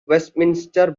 westminster